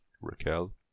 Raquel